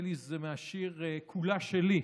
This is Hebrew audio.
נדמה לי שזה מהשיר "כולה שלי"